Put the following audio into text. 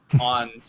on